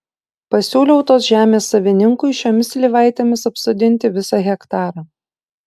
pasiūliau tos žemės savininkui šiomis slyvaitėmis apsodinti visą hektarą